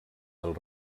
del